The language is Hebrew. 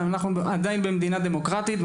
ואנחנו עדיין במדינה דמוקרטית,